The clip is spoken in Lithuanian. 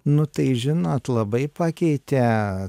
nu tai žinot labai pakeitė